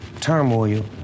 turmoil